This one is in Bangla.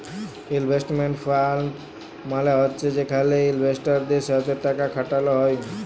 ইলভেস্টমেল্ট ফাল্ড মালে হছে যেখালে ইলভেস্টারদের সাথে টাকা খাটাল হ্যয়